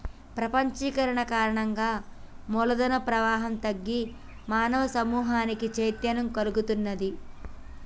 ప్రపంచీకరణ కారణంగా మూల ధన ప్రవాహం తగ్గి మానవ సమూహానికి చైతన్యం కల్గుతున్నాది